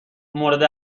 مورد